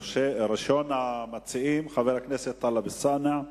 ראשון המציעים, חבר הכנסת טלב אלסאנע.